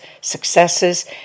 successes